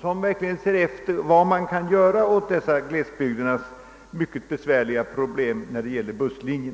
som verkligen undersöker vad som kan göras för att lösa glesbygdernas besvärliga problem när det gäller busslinjerna.